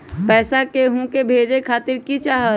पैसा के हु के भेजे खातीर की की चाहत?